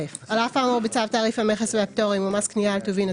(א) על אף האמור בצו תעריף המכס והפטורים ומס קנייה על טובין,